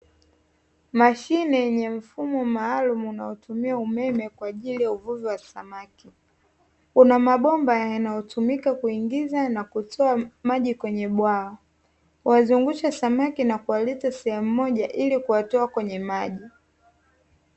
Mashine yenye mfumo maalum unaotumia umeme kwa ajili ya uvuvi wa samaki, una mabomba yanayotumika kungiza na kutoa maji kwenye bwawa. Kuwazungusha samaki na kuwaleta sehemu moja ili kuwatoa kwenye maji.